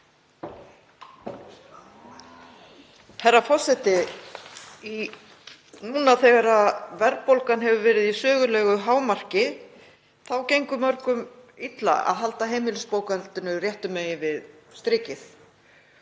Herra forseti. Nú þegar verðbólgan hefur verið í sögulegu hámarki gengur mörgum illa að halda heimilisbókhaldinu réttum megin við strikið